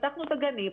פתחנו את הגנים,